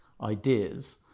ideas